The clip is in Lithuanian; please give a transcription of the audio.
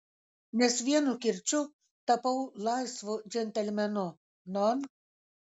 nes vienu kirčiu tapau laisvu džentelmenu non